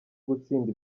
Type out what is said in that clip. gutsinda